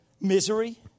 Misery